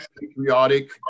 patriotic